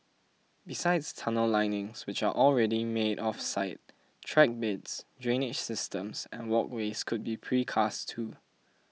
besides tunnel linings which are already made off site track beds drainage systems and walkways could be precast too